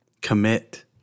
commit